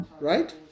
Right